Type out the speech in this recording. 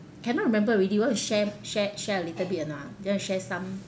cannot remember already you want to share share share a little bit or not ah do you want to share some